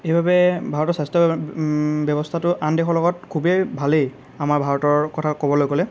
এইবাবে ভাৰতৰ স্বাস্থ্য ব্য়ৱস্থাটো আন দেশৰ লগত খুবেই ভালেই আমাৰ ভাৰতৰ কথা ক'বলৈ গ'লে